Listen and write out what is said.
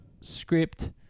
script